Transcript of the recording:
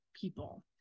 people